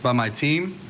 but my team.